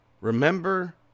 remember